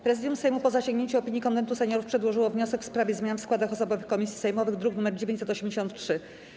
Prezydium Sejmu, po zasięgnięciu opinii Konwentu Seniorów, przedłożyło wniosek w sprawie zmian w składach osobowych komisji sejmowych, druk nr 983.